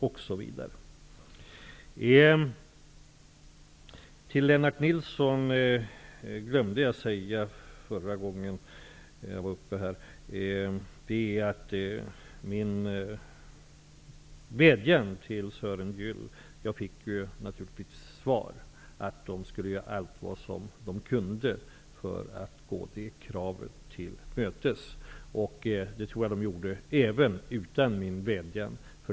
I mitt förra inlägg glömde jag säga till Lennart Nilsson att jag naturligtvis fick svar på min vädjan till Sören Gyll. De skulle göra allt de kan för att gå kravet till mötes. Det tror jag att de skulle ha gjort även utan min vädjan.